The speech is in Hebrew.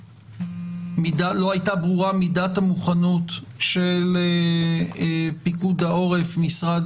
לא הייתה ברורה מידת המוכנות של פיקוד העורף ומשרד